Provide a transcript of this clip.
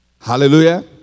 Hallelujah